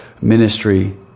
ministry